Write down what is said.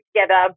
together